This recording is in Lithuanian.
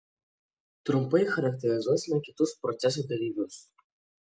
trumpai charakterizuosime kitus proceso dalyvius